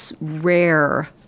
rare